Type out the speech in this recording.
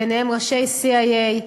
ביניהם ראשי CIA,